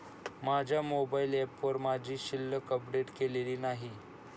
माझ्या मोबाइल ऍपवर माझी शिल्लक अपडेट केलेली नाही